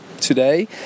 today